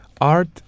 Art